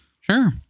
sure